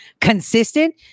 Consistent